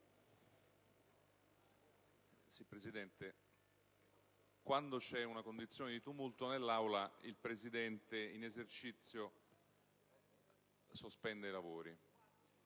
Presidente, quando c'è una condizione di tumulto nell'Aula, il Presidente in esercizio sospende i lavori.